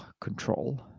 control